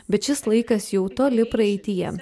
bet šis laikas jau toli praeityje